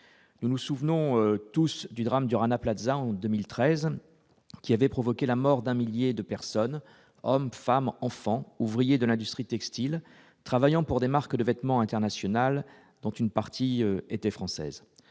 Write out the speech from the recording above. nous nous souvenons tous du drame du Rana Plaza en 2013 qui avait provoqué la mort d'un millier de personnes, hommes, femmes, enfants, ouvriers de l'industrie textile, travaillant pour des marques de vêtements international dont une partie était française